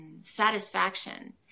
satisfaction